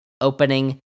opening